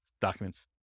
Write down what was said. documents